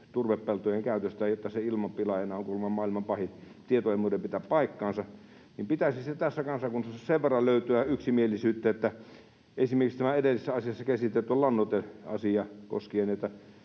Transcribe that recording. turvepeltojen käytöstä, että se ilman pilaajana on kuulemma maailman pahin — tieto ei muuten pidä paikkaansa — mutta pitäisi sitä tästä kansakunnasta sen verran löytyä yksimielisyyttä. Esimerkiksi tämä edellisessä asiassa käsitelty lannoiteasia koskien